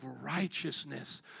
righteousness